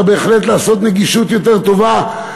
אפשר בהחלט לעשות נגישות יותר טובה,